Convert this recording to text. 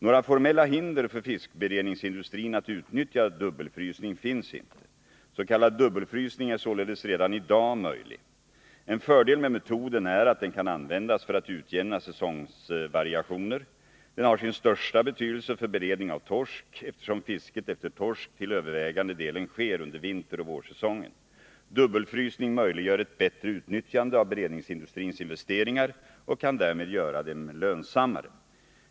Några formella hinder för fiskberedningsindustrin att utnyttja dubbelfrysning finns inte. S. k. dubbelfrysning är således redan i dag möjlig. En fördel med metoden är att den kan användas för att utjämna säsongvariationer. Den har sin största betydelse för beredning av torsk, eftersom fisket efter torsk till övervägande delen sker under vinteroch vårsäsongen. Dubbelfrysning möjliggör ett bättre utnyttjande av beredningsindustrins investeringar och kan därmed göra dem lönsammare.